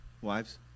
wives